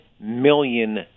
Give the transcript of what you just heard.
million